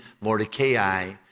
Mordecai